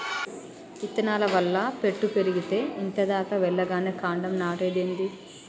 ఇత్తనాల వల్ల పెట్టు పెరిగేతే ఇంత దాకా వెల్లగానే కాండం నాటేదేంది